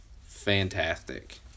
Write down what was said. fantastic